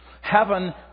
heaven